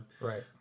Right